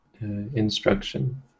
instruction